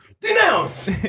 denounce